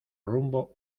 rumbo